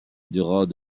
durant